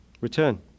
return